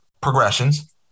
progressions